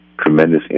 tremendous